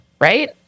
Right